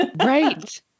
Right